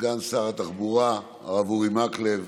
סגן שרת התחבורה הרב אורי מקלב,